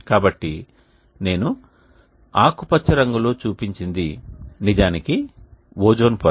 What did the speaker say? కాబట్టి నేను ఆకుపచ్చ రంగులో చూపించినది నిజానికి ఓజోన్ పొర